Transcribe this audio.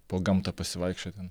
po gamtą pasivaikščiot ten